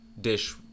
dish